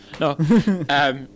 No